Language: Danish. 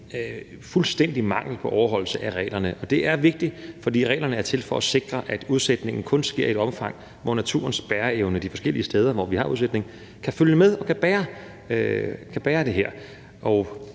fuldstændig mangel på overholdelse af reglerne, og det er vigtigt at overholde reglerne, for reglerne er til for at sikre, at udsætningen kun sker i et omfang, hvor naturens bæreevne de forskellige steder, hvor vi har udsætning, kan følge med og kan bære det.